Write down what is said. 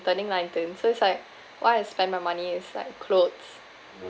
turning nineteen so it's like what I spend my money is like clothes